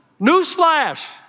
newsflash